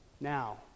now